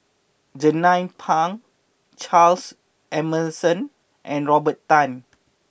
Jernnine Pang Charles Emmerson and Robert Tan